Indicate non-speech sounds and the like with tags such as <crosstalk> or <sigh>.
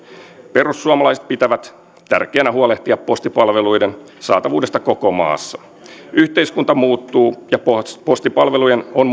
perussuomalaiset pitävät tärkeänä huolehtia postipalveluiden saatavuudesta koko maassa yhteiskunta muuttuu ja postipalvelujen on <unintelligible>